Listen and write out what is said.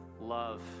love